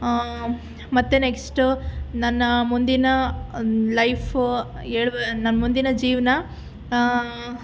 ಮತ್ತೆ ನೆಕ್ಸ್ಟ್ ನನ್ನ ಮುಂದಿನ ಲೈಫು ಹೇಳ್ಬೆ ನನ್ನ ಮುಂದಿನ ಜೀವನ